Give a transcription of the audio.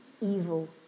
evil